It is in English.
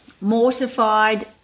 mortified